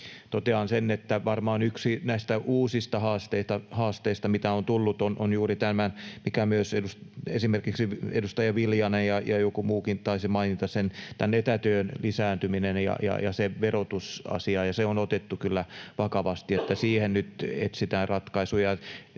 totean sen, että varmaan yksi näistä uusista haasteista, mitä on tullut, on juuri tämä, minkä myös esimerkiksi edustaja Viljanen ja joku muukin taisi mainita, etätyön lisääntyminen ja verotusasia, ja se on otettu kyllä vakavasti. Siihen nyt etsitään ratkaisuja.